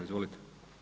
Izvolite.